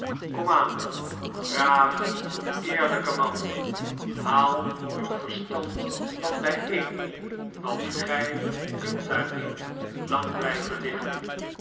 lijfce man haal uw verstand wat bijeen want gij kunt daar niet lang blijven liggen